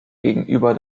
gegenüber